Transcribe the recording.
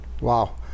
Wow